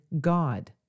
God